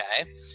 okay